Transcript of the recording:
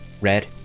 red